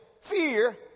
fear